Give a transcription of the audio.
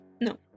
No